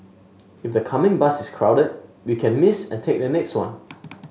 if the coming bus is crowded we can miss and take the next one